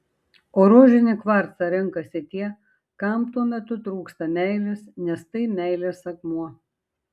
o rožinį kvarcą renkasi tie kam tuo metu trūksta meilės nes tai meilės akmuo